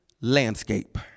landscape